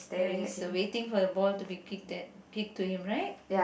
ya he's waiting for the ball to be kicked at kicked to him right